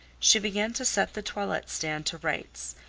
she began to set the toilet-stand to rights,